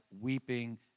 weeping